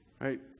right